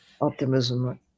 optimism